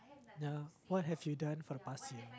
ya what have you done for the past year